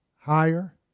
higher